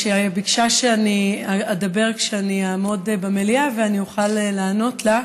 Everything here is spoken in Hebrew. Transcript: שביקשה שאני אדבר כשאני אעמוד במליאה ואני אוכל לענות לה.